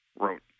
wrote